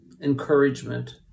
encouragement